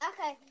Okay